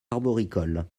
arboricoles